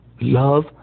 love